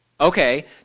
Okay